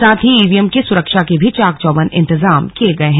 साथ ही ईवीएम की सुरक्षा के भी चाक चौबंद इंतजाम किए गए हैं